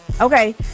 Okay